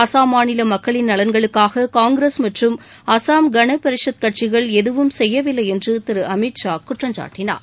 அசாம் மாநில மக்களின் நலன்களுக்காக காங்கிரஸ் மற்றும் அசாம் கனபரிஷத் கட்சிகள் எதுவும் செய்யவில்லை என்று திரு அமித் ஷா குற்றம் சாட்டினார்